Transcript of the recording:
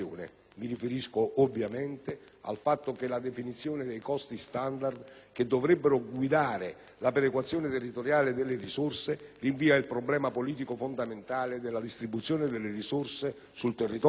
al fatto che la definizione dei costi standard che dovrebbero guidare la perequazione territoriale delle risorse rinvia il problema politico fondamentale della distribuzione delle risorse sul territorio nazionale alle decisioni